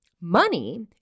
money